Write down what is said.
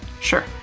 Sure